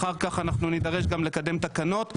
אחר כך גם נידרש לקדם תקנות.